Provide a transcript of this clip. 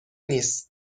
نیست